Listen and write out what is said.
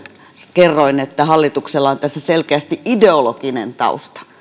kerroin hallituksella on tässä selkeästi ideologinen tausta